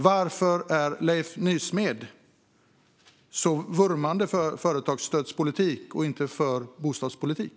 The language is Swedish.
Varför är Leif Nysmed så vurmande för företagsstödspolitik och inte för bostadspolitik?